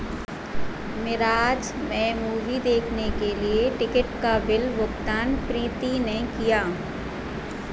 मिराज में मूवी देखने के लिए टिकट का बिल भुगतान प्रीति ने किया